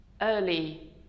early